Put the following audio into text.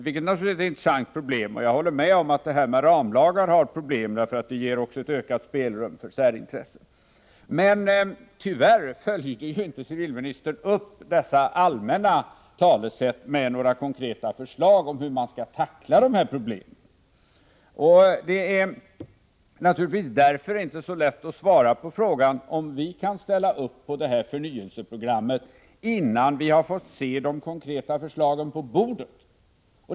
Detta är intressant. Jag håller med om att ramlagarna skapar problem, därför att de ger ökat spelrum för särintressen. Men tyvärr följde inte civilministern upp dessa allmänna talesätt med några konkreta förslag om hur man skall tackla problemen. Det är därför inte så lätt att svara på frågan, om vi kan ställa upp på förnyelseprogrammet, innan vi har de konkreta förslagen på bordet.